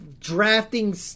Drafting